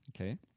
Okay